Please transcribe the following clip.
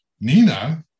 Nina